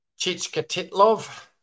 Chichkatitlov